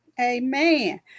Amen